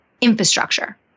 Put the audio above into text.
infrastructure